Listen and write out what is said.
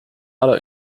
other